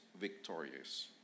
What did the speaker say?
victorious